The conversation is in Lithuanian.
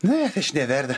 ne aš neverta